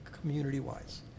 community-wise